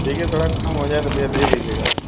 देखिए थोड़ा कम हो जाए तो दे दे दीजिएगा